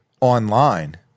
online